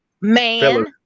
man